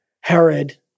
Herod